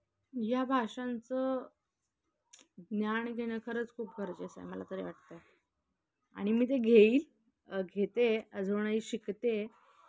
या भाषांचं ज्ञान घेणं खरंच खूप गरजेचं आहे मला तरी वाटतं आहे आणि मी ते घेईल घेते अजूनही शिकते